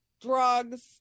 drugs